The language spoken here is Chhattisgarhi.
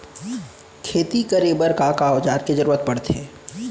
खेती करे बर का का औज़ार के जरूरत पढ़थे?